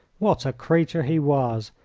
what a creature he was!